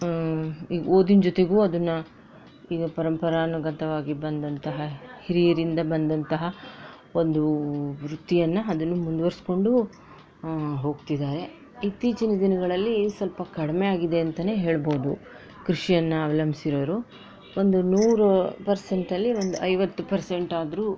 ಓದಿನ ಜೊತೆಗೂ ಅದನ್ನು ಈಗ ಪರಂಪರಾನುಗತವಾಗಿ ಬಂದಂತಹ ಹಿರಿಯರಿಂದ ಬಂದಂತಹ ಒಂದು ವೃತ್ತಿಯನ್ನ ಅದನ್ನ ಮುಂದುವರ್ಸ್ಕೊಂಡು ಹೋಗ್ತಿದ್ದಾರೆ ಇತ್ತೀಚಿನ ದಿನಗಳಲ್ಲಿ ಸ್ವಲ್ಪ ಕಡಿಮೆ ಆಗಿದೆ ಅಂತನೇ ಹೇಳ್ಬೋದು ಕೃಷಿಯನ್ನ ಅವಲಂಭಿಸಿರೋರು ಒಂದು ನೂರು ಪರ್ಸೆಂಟಲ್ಲಿ ಒಂದು ಐವತ್ತು ಪರ್ಸೆಂಟ್ ಆದರೂ